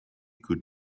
could